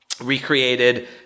recreated